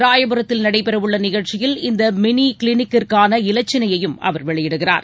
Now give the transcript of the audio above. ராயபுரத்தில் நடைபெறவுள்ள நிகழ்ச்சியில் இந்த மினி கிளினிக் கான இலட்சினையையும் வெளியிடுகிறார்